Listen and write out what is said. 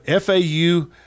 FAU